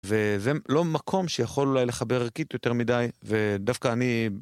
וזה לא מקום שיכול אולי לחבר ערכית יותר מדי, ודווקא אני...